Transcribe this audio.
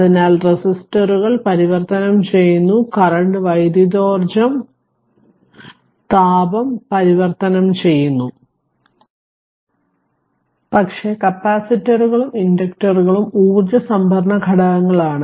അതിനാൽ റെസിസ്റ്ററുകൾ പരിവർത്തനം ചെയ്യുന്നു കറന്റ് വൈദ്യുതോർജ്ജം താപം പരിവർത്തനം ചെയ്യുന്നു പക്ഷേ കപ്പാസിറ്ററുകളും ഇൻഡക്ടറുകളും ഊർജ സംഭരണ ഘടകങ്ങളാണ്